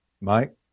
Mike